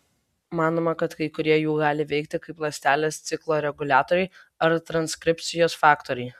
manoma kad kai kurie jų gali veikti kaip ląstelės ciklo reguliatoriai ar transkripcijos faktoriai